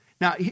Now